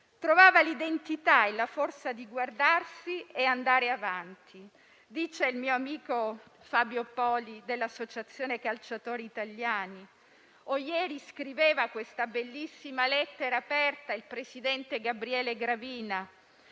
trovava l'identità e la forza di guardarsi e andare avanti, dice il mio amico Fabio Poli dell'Associazione calciatori italiani. Ieri, poi, scriveva questa bellissima lettera aperta il presidente Gabriele Gravina: